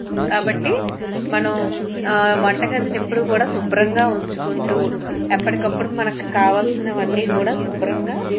కాబట్టి మనం వంటగదిని ఎప్పుడూ కూడా శుభ్రంగా ఉంచుకుంటూ ఎప్పటికప్పుడు మనకు కావాల్సినవన్నీ కూడా శుభ్రంగా